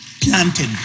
planted